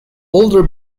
older